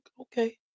okay